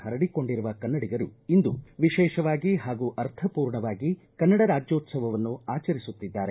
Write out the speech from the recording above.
ಹರಡಿಕೊಂಡಿರುವ ಕನ್ನಡಿಗರು ಇಂದು ವಿಶೇಷವಾಗಿ ಹಾಗೂ ಅರ್ಥಮೂರ್ಣವಾಗಿ ಕನ್ನಡ ರಾಜ್ಯೋತ್ಸವವನ್ನು ಆಚರಿಸುತ್ತಿದ್ದಾರೆ